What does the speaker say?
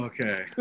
Okay